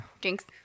Jinx